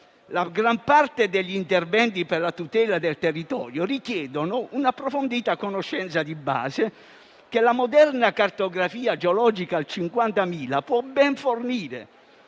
La gran parte degli interventi per la tutela del territorio richiede un'approfondita conoscenza di base, che la moderna cartografia geologica al 50.000 può ben fornire.